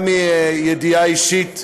גם מידיעה אישית,